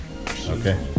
Okay